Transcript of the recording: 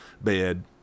bed